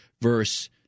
verse